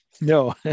No